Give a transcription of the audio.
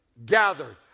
gathered